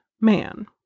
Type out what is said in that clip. man